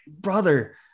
brother